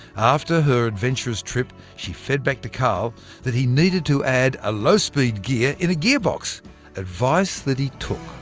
after her adventurous trip, she fed back to karl that he needed to add a low speed gear, in a gearbox advice that he took.